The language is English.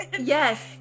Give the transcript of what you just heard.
Yes